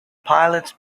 pilots